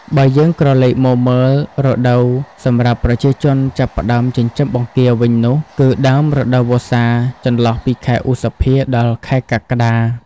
បើយើងក្រឡេកមកមើលរដូវសម្រាប់ប្រជាជនចាប់ផ្តើមចិញ្ចឹមបង្គាវិញនោះគឺ ដើមរដូវវស្សា ចន្លោះពីខែឧសភា ដល់ ខែកក្កដា។